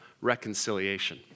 reconciliation